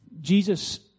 Jesus